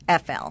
FL